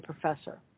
professor